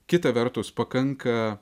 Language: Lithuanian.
kita vertus pakanka